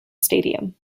stadium